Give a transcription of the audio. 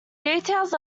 details